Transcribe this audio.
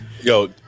yo